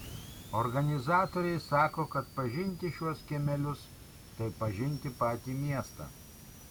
organizatoriai sako kad pažinti šiuos kiemelius tai pažinti patį miestą